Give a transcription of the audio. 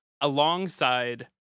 alongside